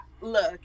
look